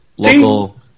Local